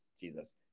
Jesus